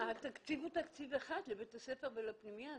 התקציב הוא תקציב אחד לבית הספר ולפנימייה.